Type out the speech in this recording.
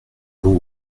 beau